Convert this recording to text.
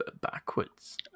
backwards